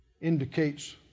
Indicates